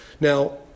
Now